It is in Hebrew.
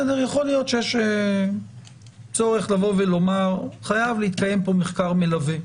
יכול להיות שצורך לבוא ולומר שחייב להתקיים פה מחקר מלווה.